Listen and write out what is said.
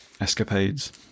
escapades